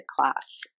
class